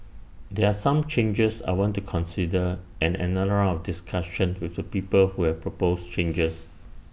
there are some changes I want to consider and another round of discussion with the people who have proposed changes